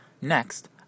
Next